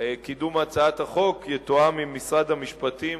קידום הצעת החוק יתואם עם משרד המשפטים,